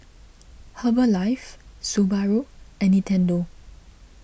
Herbalife Subaru and Nintendo